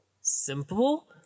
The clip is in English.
simple